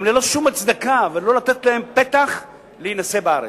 גם ללא שום הצדקה, ולא לתת להם פתח להינשא בארץ.